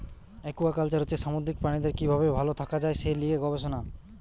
aquaculture হচ্ছে সামুদ্রিক প্রাণীদের কি ভাবে ভাল থাকা যায় সে লিয়ে গবেষণা